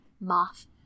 moth